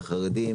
היו בה חרדים,